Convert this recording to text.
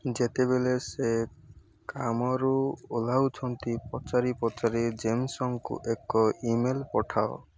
ଯେତେବେଳେ ସେ କାମରୁ ଓହ୍ଲାଉଛନ୍ତି ପଚାରି ପଚାରି ଜେମ୍ସଙ୍କୁ ଏକ ଇ ମେଲ୍ ପଠାଅ